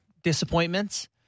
disappointments